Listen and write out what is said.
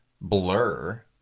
blur